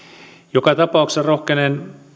joka tapauksessa rohkenen